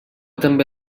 també